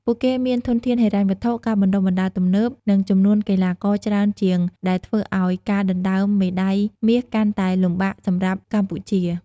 ពួកគេមានធនធានហិរញ្ញវត្ថុ ការបណ្តុះបណ្តាលទំនើប និងចំនួនកីឡាករច្រើនជាង ដែលធ្វើឲ្យការដណ្តើមមេដាយមាសកាន់តែលំបាកសម្រាប់កម្ពុជា ។